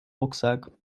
rucksack